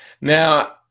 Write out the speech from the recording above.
Now